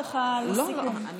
לא, אני